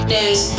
News